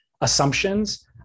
assumptions